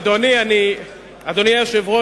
אדוני היושב-ראש,